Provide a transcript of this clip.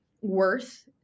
worth